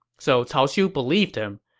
so cao xiu believed him.